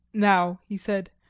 now, he said,